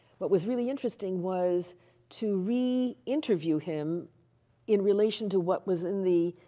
what was really interesting was to re interview him in relation to what was in the,